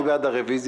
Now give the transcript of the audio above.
מי בעד הרביזיה?